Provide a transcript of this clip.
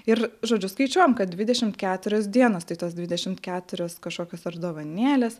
ir žodžiu skaičiuojam kad dvidešimt keturias dienas tai tuos dvidešimt keturios kažkokios ar dovanėlės